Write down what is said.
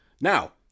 Now